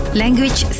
language